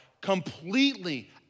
completely